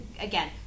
again